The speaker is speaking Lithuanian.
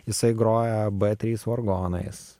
jisai groja b trys vargonais